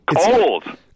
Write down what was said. Cold